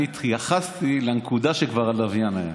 אני התייחסתי לנקודה שבה כבר היה הלוויין.